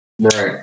Right